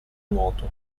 nuoto